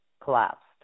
collapsed